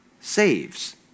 saves